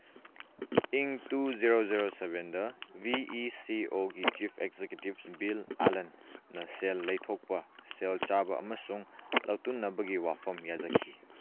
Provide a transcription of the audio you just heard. ꯏꯪ two zero zero ꯁꯚꯦꯟꯗ V E C ꯑꯣꯒꯤ ꯆꯤꯐ ꯑꯦꯛꯖꯤꯀ꯭ꯌꯨꯇꯤꯞ ꯕꯤꯜ ꯑꯂꯟꯅ ꯁꯦꯜ ꯂꯩꯊꯣꯛꯄ ꯁꯦꯜ ꯆꯥꯕ ꯑꯃꯁꯨꯡ ꯂꯧꯇꯨꯅꯕꯒꯤ ꯋꯥꯐꯝ ꯌꯥꯖꯈꯤ